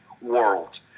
world